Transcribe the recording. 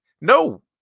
no